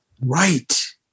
Right